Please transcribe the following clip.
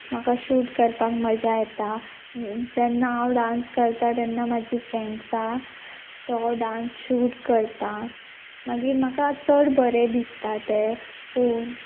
म्हाका शूट करपाक मजा येता जेन्ना हांव डांस करतां तेन्ना म्हाजी फ्रेंड्सा तो डांस शूट करता मागीर म्हाका चड बरें दिसता तें पोवून